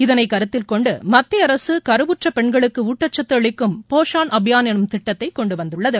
இதனைகருத்தில்கொண்டுமத்திய அரசுகருவுற்ற பெண்களுக்கு ஊட்டச்சத்து அளிக்கும் போஷன் அபியான் எனும் திட்டத்தைகொண்டுவந்துள்ளது